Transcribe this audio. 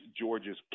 George's